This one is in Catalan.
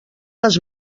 les